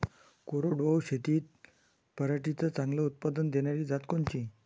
कोरडवाहू शेतीत पराटीचं चांगलं उत्पादन देनारी जात कोनची?